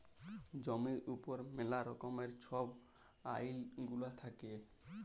জমির উপর ম্যালা রকমের ছব আইল গুলা থ্যাকে